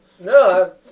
No